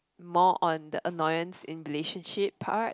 more on the annoyance in relationship part